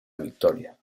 victoria